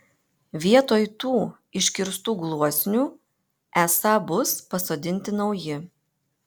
vietoj tų iškirstų gluosnių esą bus pasodinti nauji